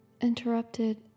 interrupted